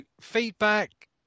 feedback